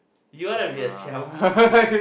you want to be a siam